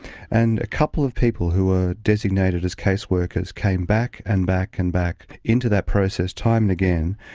and a couple of people who were designated as caseworkers came back and back and back in to that process, time and again,